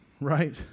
right